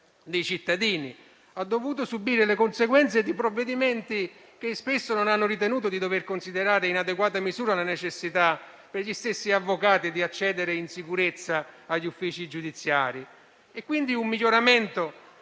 L'avvocatura ha dovuto subire le conseguenze di provvedimenti che spesso non hanno ritenuto di dover considerare in adeguata misura la necessità per gli stessi avvocati di accedere in sicurezza agli uffici giudiziari. Un miglioramento